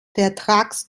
vertrags